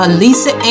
Alisa